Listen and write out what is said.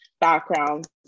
backgrounds